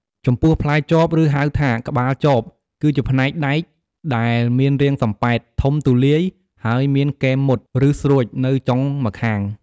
ចំពោះផ្លែចប ឬហៅថា ក្បាលចប គឺជាផ្នែកដែកដែលមានរាងសំប៉ែត ធំទូលាយ ហើយមានគែមមុត ឬស្រួចនៅចុងម្ខាង។